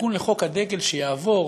התיקון לחוק הדגל, יעבור